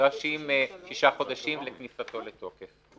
נדרשים שישה חודשים לכניסתו לתוקף.